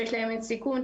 שהם בסיכון,